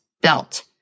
belt